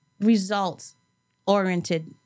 results-oriented